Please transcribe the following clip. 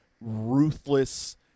ruthless